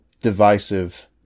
divisive